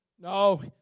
No